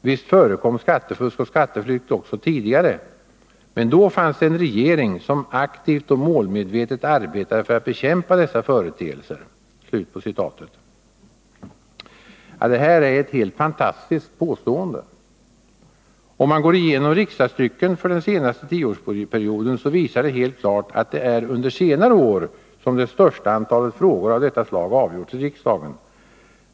Visst förekom skattefusk och skatteflykt också tidigare. Men då fanns det en regering som aktivt och målmedvetet arbetade för att bekämpa dessa företeelser.” Det här är ett helt fantastiskt påstående. Om man går igenom riksdagstrycket för den senaste tioårsperioden, finner man att det är under senare år som det största antalet frågor av detta slag avgjorts i riksdagen.